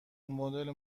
مدل